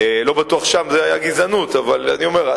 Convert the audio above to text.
לא בטוח ששם זה היה גזענות, אבל אני אומר.